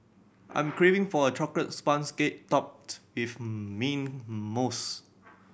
I'm craving for a chocolate sponge cake topped with mint mousse